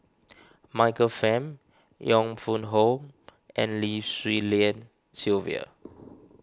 Michael Fam Yong Pung How and Lim Swee Lian Sylvia